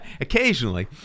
occasionally